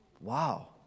Wow